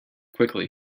quickly